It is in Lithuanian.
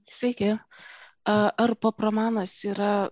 sveiki ar pop romanas yra